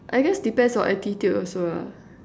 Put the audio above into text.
I guess depends on attitude also lah